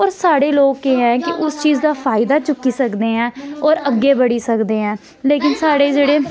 होर साढ़े लोक केह् ऐ कि उस चीज दा फायदा चुक्की सकदे ऐं होर अग्गें बढ़ी सकदे ऐं लेकिन साढ़े जेह्ड़े